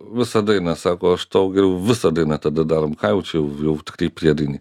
visą dainą sako aš tau geriau visą dainą tada darom ką jau čia jau tiktai priedainį